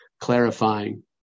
clarifying